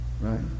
Right